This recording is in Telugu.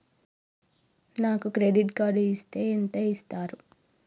నాకు క్రెడిట్ కార్డు ఇస్తే ఎంత ఇస్తరు?